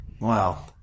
Wow